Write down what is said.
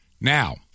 Now